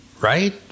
right